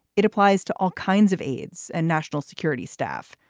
it applies to all kinds of aides and national security staff,